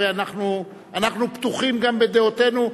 הרי אנחנו פתוחים גם בדעותינו,